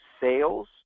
sales